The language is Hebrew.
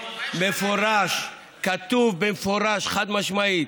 כתוב במפורש חד-משמעית,